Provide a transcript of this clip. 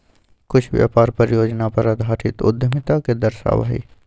कुछ व्यापार परियोजना पर आधारित उद्यमिता के दर्शावा हई